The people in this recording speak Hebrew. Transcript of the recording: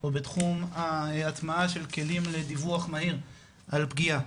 או בתום ההטמעה של כלים לדיווח מהיר על פגיעה,